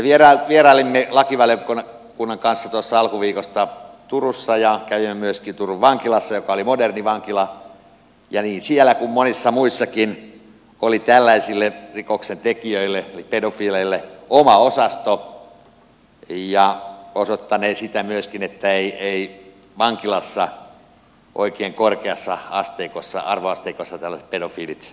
me vierailimme lakivaliokunnan kanssa tuossa alkuviikosta turussa ja kävimme myöskin turun vankilassa joka oli moderni vankila ja niin siellä kuin monissa muissakin oli tällaisille rikoksentekijöille eli pedofiileille oma osasto mikä myöskin osoittanee sitä että eivät vankilassa oikein korkeassa arvoasteikossa tällaiset pedofiilit ole